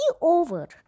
over